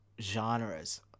genres